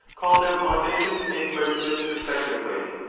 call them audition and resonance respectively.